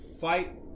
fight